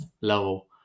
level